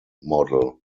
model